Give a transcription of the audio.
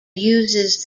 uses